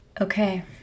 Okay